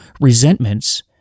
resentments